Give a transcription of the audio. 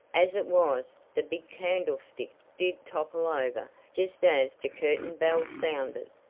as it was, the big candlestick did topple over just as the curtain bell sounded.